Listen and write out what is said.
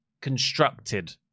constructed